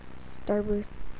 Starburst